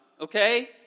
okay